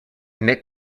mixing